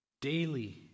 daily